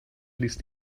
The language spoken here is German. liest